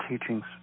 teachings